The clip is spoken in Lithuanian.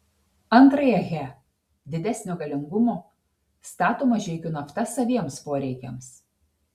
antrąją he didesnio galingumo stato mažeikių nafta saviems poreikiams